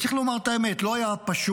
צריך לומר את האמת: לא היה פשוט.